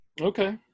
Okay